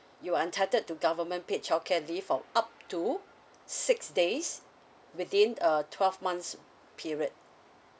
you're entitled to government paid childcare leave for up to six days within a twelve months period